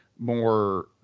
more